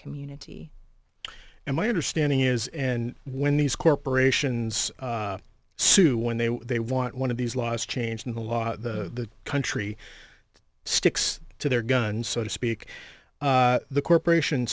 community and my understanding is and when these corporations sue when they want one of these laws change in the law the country sticks to their guns so to speak the corporation